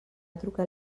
trucat